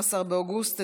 12 באוגוסט